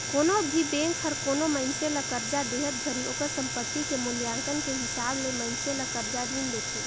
कोनो भी बेंक हर कोनो मइनसे ल करजा देहत घरी ओकर संपति के मूल्यांकन के हिसाब ले मइनसे ल करजा रीन देथे